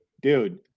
dude